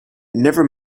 never